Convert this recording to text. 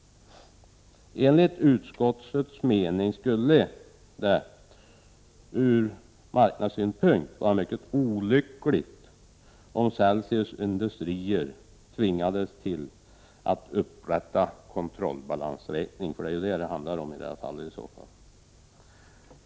Enligt utskottets mening skulle det ur marknadssynpunkt vara mycket olyckligt om Celsius Industrier tvingades att upprätta kontrollbalansräkning. Det är ju vad det handlar om i så fall.